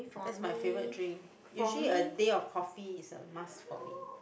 that's my favourite drink usually a day of coffee is a must for me